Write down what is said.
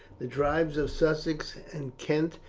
the tribes of sussex and kent,